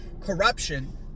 corruption